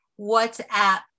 WhatsApp